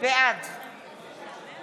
בעד